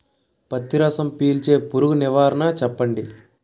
పత్తి రసం పీల్చే పురుగు నివారణ చెప్పండి?